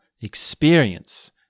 experience